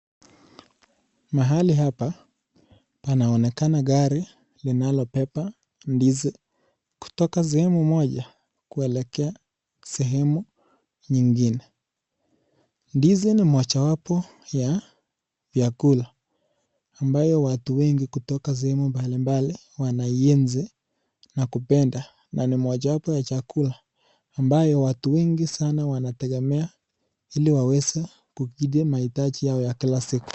Mahali hapa panonekana gari linalobeba ndizi kutoka sehemu moja kuelekea sehemu nyingine. Ndizi ni mojawapo ya vyakula ambayo watu wengi kutoka sehemu mbalimbali wanaienzi na kupenda na ni mojawapo ya chakula ambayo watu wengi sana wanategemea, ili waweze kukidhi mahitaji yao ya kila siku.